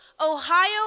Ohio